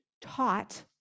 taught